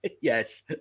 Yes